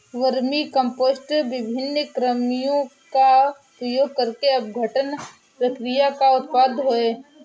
vermicompost विभिन्न कृमियों का उपयोग करके अपघटन प्रक्रिया का उत्पाद है